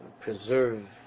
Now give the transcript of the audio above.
preserve